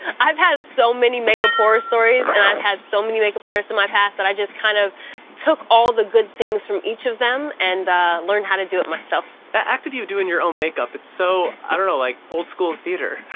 i've had so many makeup horror stories and i've had so many makeup artists in my past that and i just kind of took all the good things from each of them and learned how to do it myself. the act of you doing your own makeup. it's so. i dunno, like old-school theater.